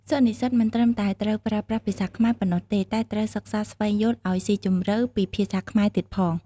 សិស្សនិស្សិតមិនត្រឹមតែត្រូវប្រើប្រាស់ភាសាខ្មែរប៉ុណ្ណោះទេ តែត្រូវ សិក្សាស្វែងយល់ឱ្យស៊ីជម្រៅពីភាសាខ្មែរទៀតផង។